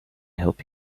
help